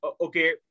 okay